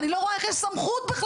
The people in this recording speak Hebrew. אני לא רואה איך יש סמכות בכלל,